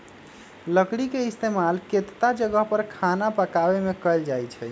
लकरी के इस्तेमाल केतता जगह पर खाना पकावे मे कएल जाई छई